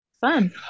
Fun